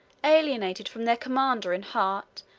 alienated from their commander in heart,